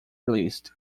released